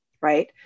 right